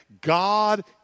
God